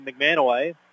McManaway